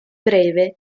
breve